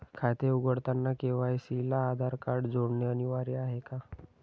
खाते उघडताना के.वाय.सी ला आधार कार्ड जोडणे अनिवार्य आहे का?